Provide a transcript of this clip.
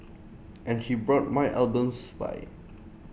and he brought my albums by